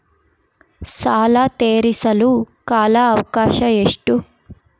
ಸಾಲ ತೇರಿಸಲು ಕಾಲ ಅವಕಾಶ ಎಷ್ಟು?